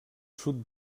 sud